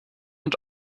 und